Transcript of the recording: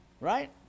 right